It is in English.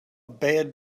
bad